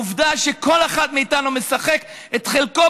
העובדה שכל אחד מאיתנו משחק את חלקו